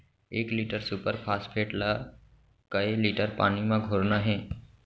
एक litre superphosphate ला कए लीटर पानी मा घोरना हे?